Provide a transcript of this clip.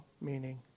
meaning